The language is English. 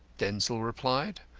denzil replied.